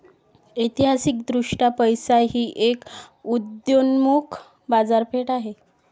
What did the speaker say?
ऐतिहासिकदृष्ट्या पैसा ही एक उदयोन्मुख बाजारपेठ आहे